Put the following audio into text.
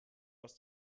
was